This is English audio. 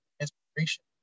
inspiration